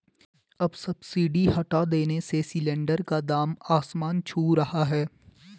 अब सब्सिडी हटा देने से सिलेंडर का दाम आसमान छू रहा है